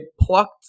plucked